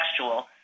contextual